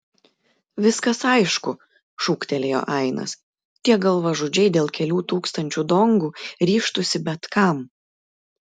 viskas aišku šūktelėjo ainas tie galvažudžiai dėl kelių tūkstančių dongų ryžtųsi bet kam